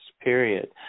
Period